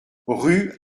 rue